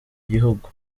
gihugu